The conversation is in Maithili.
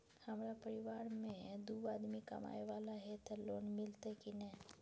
हमरा परिवार में दू आदमी कमाए वाला हे ते लोन मिलते की ने?